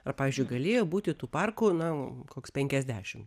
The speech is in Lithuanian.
ar pavyzdžiui galėjo būti tų parkų na koks penkiasdešimt